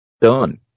done